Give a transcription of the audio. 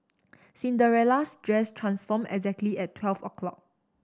Cinderella's dress transformed exactly at twelve o'clock